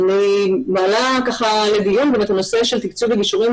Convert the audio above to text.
אני מעלה לדיון את הנושא של תקצוב לגישורים